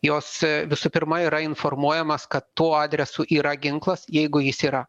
jos visų pirma yra informuojamas kad tuo adresu yra ginklas jeigu jis yra